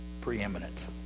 preeminent